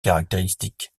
caractéristique